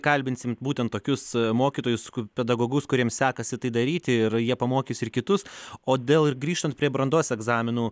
kalbinsim būtent tokius mokytojus pedagogus kuriems sekasi tai daryti ir jie pamokys ir kitus o dėl ir grįžtant prie brandos egzaminų